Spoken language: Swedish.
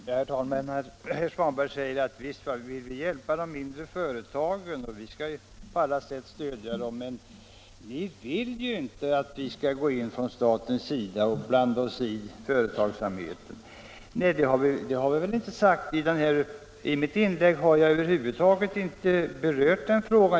Herr talman! Herr Svanberg säger: Visst kan vi hjälpa de mindre företagen och stödja dem på alla sätt, men ni vill ju inte att staten skall blanda sig i företagsamheten! Det har vi väl aldrig sagt. I mitt inlägg har jag över huvud taget inte berört den frågan.